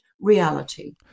reality